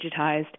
digitized